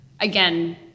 again